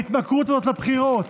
ההתמכרות הזאת לבחירות